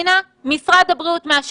אגב, לא דיברנו על הנזקים הבריאותיים שיש.